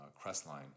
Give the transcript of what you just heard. Crestline